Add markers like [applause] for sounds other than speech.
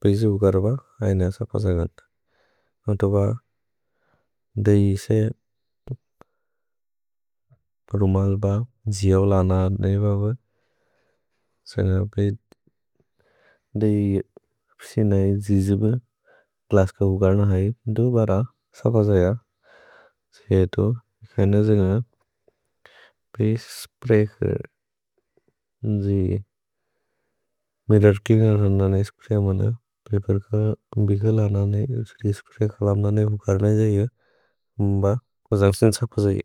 प्रिसि उकर् ब ऐन सप जगन्ध्। [hesitation] न तोक दै से [hesitation] रुमज् ब जिऔ लन ने ब ब। [hesitation] से न बै दै प्रिसि नै जिजिब् ग्लस् क उकर् न है। दु बर सप जगन्ध्। से तो ऐन जिन्गन् प्रिसि स्प्रय् क्र्। जि [hesitation] मिरर् च्लेअनेर् न ने स्प्रय् मने। पपेर् क बिग्ल लन ने स्प्रय् कलम् न ने उकर् न हि जै। [hesitation] भ को जन्ग्सिन् सप जै।